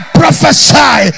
prophesy